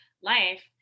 life